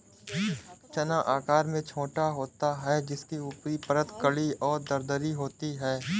चना आकार में छोटा होता है जिसकी ऊपरी परत कड़ी और दरदरी होती है